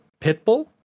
Pitbull